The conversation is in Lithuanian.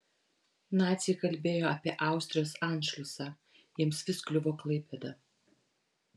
naciai kalbėjo apie austrijos anšliusą jiems vis kliuvo klaipėda